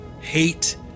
hate